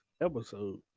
episode